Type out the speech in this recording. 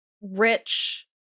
rich